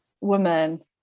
woman